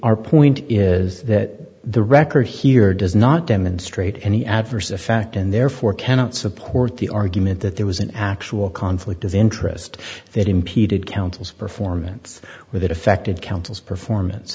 our point is that the record here does not demonstrate any adverse effect and therefore cannot support the argument that there was an actual conflict of interest that impeded council's performance with it affected council's performance